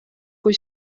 kui